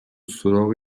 سراغ